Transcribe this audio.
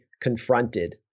confronted